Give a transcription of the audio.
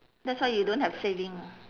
that's why you don't have saving ah